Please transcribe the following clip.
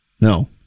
No